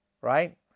Right